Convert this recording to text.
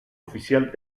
oficial